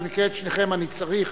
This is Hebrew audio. במקרה את שניכם אני צריך.